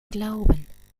glauben